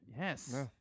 Yes